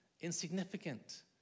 insignificant